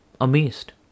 amazed